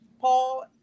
Paul